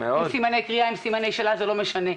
עם או בלי סימני קריאה זה לא משנה.